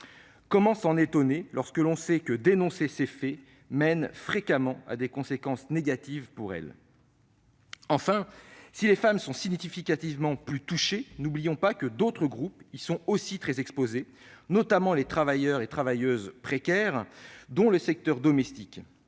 Comment s'en étonner lorsque l'on sait que dénoncer ces faits a fréquemment des conséquences négatives pour elles ? Si les femmes sont significativement plus touchées, n'oublions pas que d'autres groupes y sont aussi très exposés, notamment les travailleurs et les travailleuses précaires, dont le secteur domestique.